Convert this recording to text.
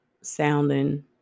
Sounding